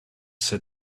set